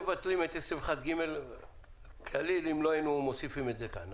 מבטלים את 21ג כליל אם לא היינו מוסיפים את זה כאן,